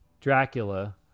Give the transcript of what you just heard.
Dracula